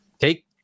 Take